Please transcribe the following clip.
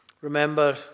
Remember